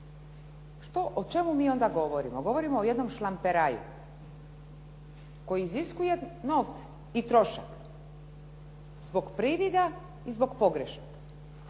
O čemu mi onda govorimo? Govorimo o jednom šlamperaju koji iziskuje novce i trošak zbog previda i zbog pogreške.